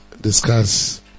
discuss